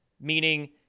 Meaning